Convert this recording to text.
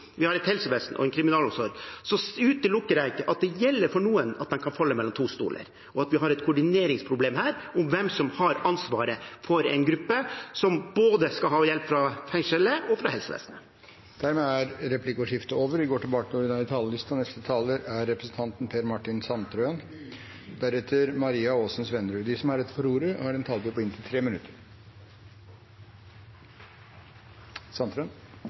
vi har et helsevesen og en kriminalomsorg, utelukker jeg ikke at noen kan falle mellom to stoler, og at vi her har et koordineringsproblem med hvem som har ansvaret for en gruppe som skal ha hjelp både fra fengslet og fra helsevesenet. Replikkordskiftet er omme. De talere som heretter får ordet, har en taletid på inntil 3 minutter.